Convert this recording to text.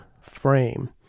Frame